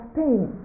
pain